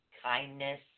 Kindness